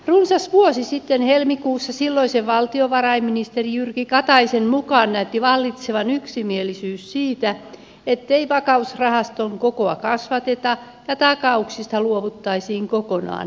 runsas vuosi sitten helmikuussa silloisen valtiovarainministerin jyrki kataisen mukaan näytti vallitsevan yksimielisyys siitä ettei vakausrahaston kokoa kasvateta ja takauksista luovuttaisiin kokonaan